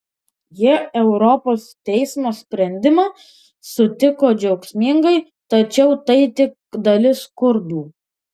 jie europos teismo sprendimą sutiko džiaugsmingai tačiau tai tik dalis kurdų